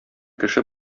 кеше